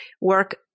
work